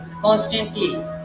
constantly